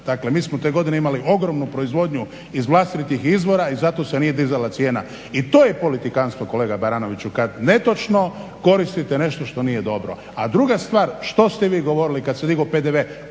Dakle, mi smo te godine imali ogromnu proizvodnju iz vlastitih izvora i zato se nije dizala cijena. I to je politikanstvo kolega Baranoviću kad netočno koristite nešto što nije dobro. A druga stvar što ste vi govorili kad se digao PDV